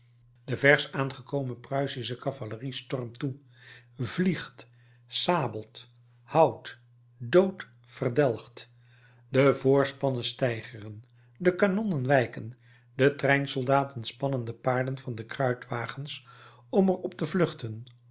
de versch aangekomen pruisische cavalerie stormt toe vliegt sabelt houwt doodt verdelgt de voorspannen steigeren de kanonnen wijken de treinsoldaten spannen de paarden van de kruitwagens om er op te vluchten